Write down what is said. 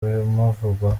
bimuvugwaho